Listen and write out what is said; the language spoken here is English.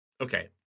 Okay